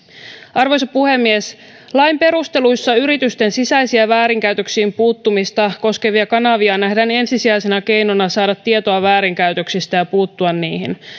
arvoisa puhemies lain perusteluissa yritysten sisäiset väärinkäytöksiin puuttumista koskevat kanavat nähdään ensisijaisena keinona saada tietoa väärinkäytöksistä ja puuttua niihin